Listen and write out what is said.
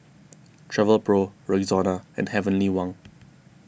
Travelpro Rexona and Heavenly Wang